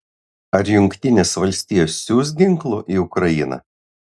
ar jungtinės valstijos siųs ginklų į ukrainą